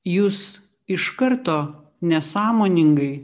jūs iš karto nesąmoningai